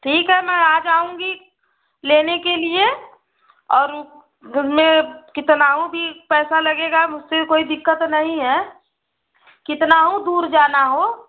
ठीक है मैं आ जाऊँगी लेने के लिए और में कितनाऊ भी पैसा लगेगा मुझसे कोई दिक्कत नहीं है कितनाऊ दूर जाना हो